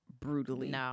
brutally